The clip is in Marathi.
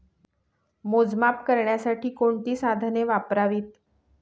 मोजमाप करण्यासाठी कोणती साधने वापरावीत?